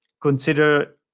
consider